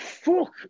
fuck